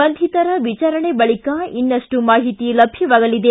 ಬಂಧಿತರ ವಿಚಾರಣೆ ಬಳಿಕ ಇನ್ನಷ್ಟು ಮಾಹಿತಿ ಲಭ್ಯವಾಗಲಿದೆ